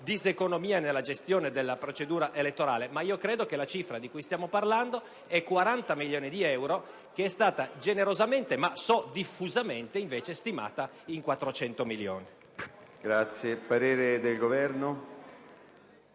diseconomia nella gestione della procedura elettorale. Ma credo che la cifra di cui stiamo parlando sia di 40 milioni di euro, che è stata generosamente, ma so diffusamente, invece, stimata in 400 milioni